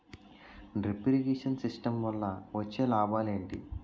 Drip irrigation system వల్ల వచ్చే లాభాలు ఏంటి?